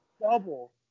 double